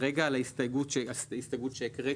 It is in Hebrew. כרגע על ההסתייגות שהקראתי,